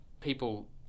people